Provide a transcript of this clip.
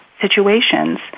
situations